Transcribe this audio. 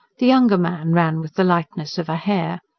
the younger man ran with the lightness of a hare.